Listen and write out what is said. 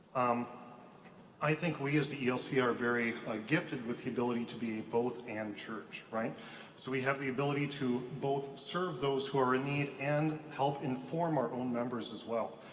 um i think we as the elca are very ah gifted with the ability to be a both and church, right? so we have the ability to both serve those who are in need and help inform our own members, as well.